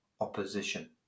opposition